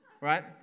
right